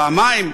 פעמיים,